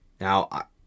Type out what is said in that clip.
Now